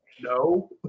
no